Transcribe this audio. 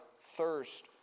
thirst